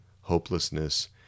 hopelessness